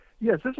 Yes